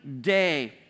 day